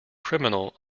criminal